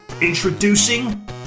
Introducing